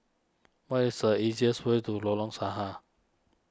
what is the easiest way to Lorong Sahad